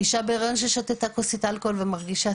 כי אישה בהיריון ששתה כוסית אלכוהול ומרגישה